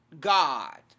God